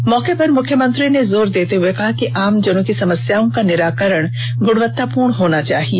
इस मौके पर मुख्यमंत्री ने जोर देते हुए कहा कि आमजनों की समस्याओं का निराकरण गुणवत्तापूर्ण होना चाहिए